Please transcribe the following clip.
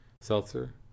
seltzer